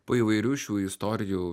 po įvairių šių istorijų